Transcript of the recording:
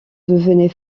devenez